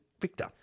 Victor